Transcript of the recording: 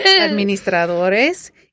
administradores